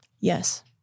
Yes